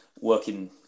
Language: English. working